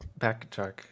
backtrack